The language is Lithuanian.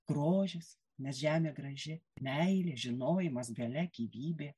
grožis nes žemė graži meilė žinojimas galia gyvybė